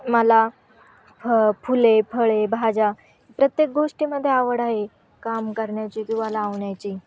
मला फ फुले फळे भाज्या प्रत्येक गोष्टीमध्ये आवड आहे काम करण्याची किंवा लावण्याची